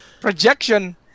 Projection